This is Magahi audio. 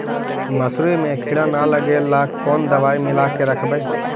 मसुरी मे किड़ा न लगे ल कोन दवाई मिला के रखबई?